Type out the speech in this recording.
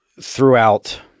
throughout